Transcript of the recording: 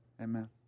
Amen